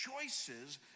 choices